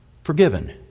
Forgiven